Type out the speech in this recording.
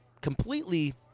completely